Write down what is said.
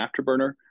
afterburner